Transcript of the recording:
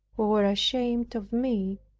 who were ashamed of me,